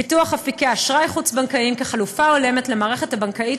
פיתוח אפיקי אשראי חוץ-בנקאיים כחלופה הולמת למערכת הבנקאית